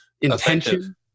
intention